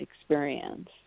experience